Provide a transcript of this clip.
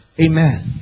Amen